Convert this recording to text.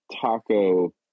taco